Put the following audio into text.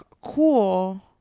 cool